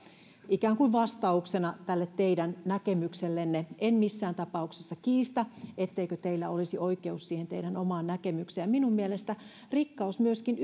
ikään kuin vastauksena tälle teidän näkemyksellenne en missään tapauksessa kiistä etteikö teillä olisi oikeus siihen teidän omaan näkemykseenne minun mielestäni rikkaus myöskin